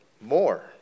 more